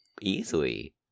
easily